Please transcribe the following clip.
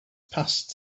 passed